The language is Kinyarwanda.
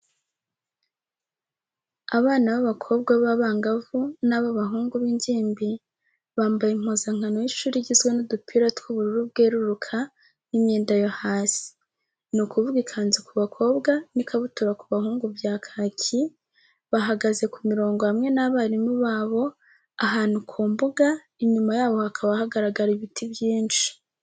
Abana b'abakobwa b'abangavu n'ab'abahungu b'ingimbi, bambaye impuzankano y'ishuri igizwe n'udupira tw'ubururu bweruruka n'imyenda yo hasi. Ni ukuvuga ikanzu ku bakobwa n'ikabutura ku bahungu, bya kaki, bahagaze ku mirongo hamwe n'abarimu babo, ahantu ku mbuga, inyuma yabo hakaba hagaragara ibiti byinshi.